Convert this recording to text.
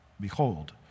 behold